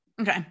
Okay